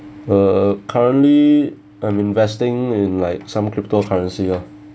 uh currently I'm investing in like some crypto currency lor